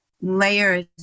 layers